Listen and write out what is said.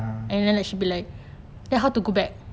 ah